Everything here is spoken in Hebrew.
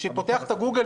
חלה בצורה גורפת,